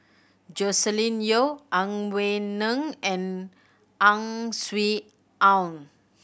Joscelin Yeo Ang Wei Neng and Ang Swee Aun